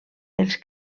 els